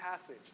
passage